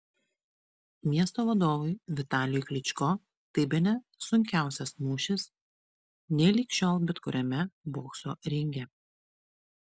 miesto vadovui vitalijui klyčko tai bene sunkiausias mūšis nei lig šiol bet kuriame bokso ringe